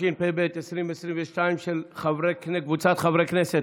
התשפ"ב 2022, של קבוצת חברי הכנסת.